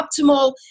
optimal